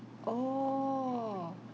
oh